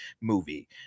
movie